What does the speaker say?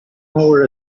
over